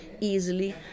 easily